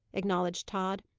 acknowledged tod.